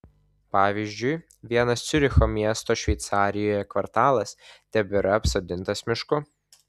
pavyzdžiui vienas ciuricho miesto šveicarijoje kvartalas tebėra apsodintas mišku